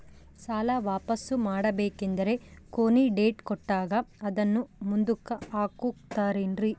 ಸಾಲ ವಾಪಾಸ್ಸು ಮಾಡಬೇಕಂದರೆ ಕೊನಿ ಡೇಟ್ ಕೊಟ್ಟಾರ ಅದನ್ನು ಮುಂದುಕ್ಕ ಹಾಕುತ್ತಾರೇನ್ರಿ?